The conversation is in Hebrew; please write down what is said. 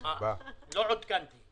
תודה רבה.